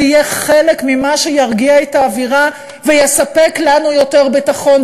זה יהיה חלק ממה שירגיע את האווירה ויספק לנו יותר ביטחון.